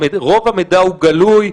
רוב המידע גלוי,